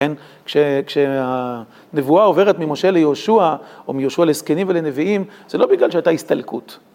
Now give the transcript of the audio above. כן? כשהנבואה עוברת ממשה ליהושע, או מיהושע לזקנים ולנביאים, זה לא בגלל שהייתה הסתלקות.